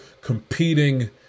competing